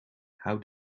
how